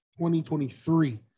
2023